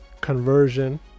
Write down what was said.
conversion